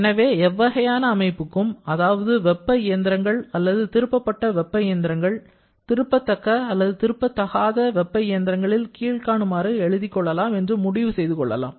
எனவே எவ்வகையான அமைப்புக்கும் அதாவது வெப்ப இயந்திரங்கள் அல்லது திருப்பப்பட்ட வெப்ப இயந்திரங்கள் திருப்பத்தக்க அல்லது திருப்பத்தகாத வெப்ப இயந்திரங்களில் கீழ்காணுமாறு எழுதிக்கொள்ளலாம் என்று முடிவு செய்து கொள்ளலாம்